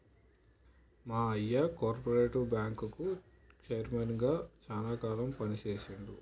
మా అయ్య కోపరేటివ్ బ్యాంకుకి చైర్మన్ గా శానా కాలం పని చేశిండు